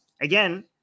again